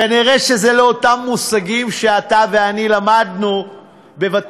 כנראה אלו לא אותם המושגים שאתה ואני למדנו בבתי-הספר,